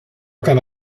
keine